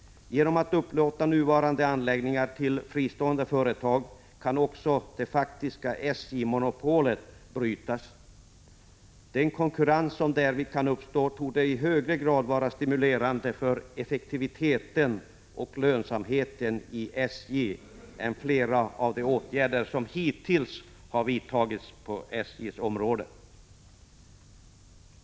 Genom att upplåta nuvarande anläggningar till fristående företag kan också det faktiska SJ-monopolet brytas. Den konkurrens som därvid kan uppstå torde i högre grad vara stimulerande för effektiviteten och lönsamheten hos SJ än flera av de åtgärder som hittills har vidtagits på SJ:s område.